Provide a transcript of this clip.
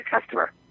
customer